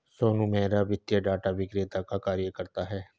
सोनू मेहरा वित्तीय डाटा विक्रेता का कार्य करता है